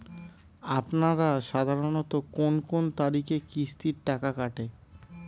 আপনারা সাধারণত কোন কোন তারিখে কিস্তির টাকা কাটে?